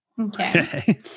Okay